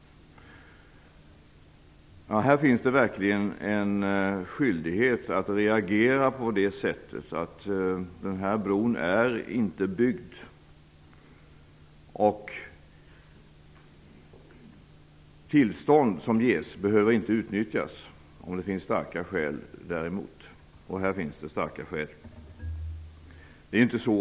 Här finns det verkligen en skyldighet att reagera på det faktum att bron inte är byggd. Tillstånd som ges behöver inte utnyttjas, om det finns starka skäl däremot. Här finns det starka skäl.